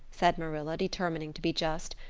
said marilla, determining to be just.